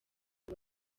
ubu